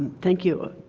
think you.